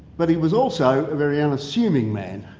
but he was also a very unassuming man.